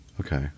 Okay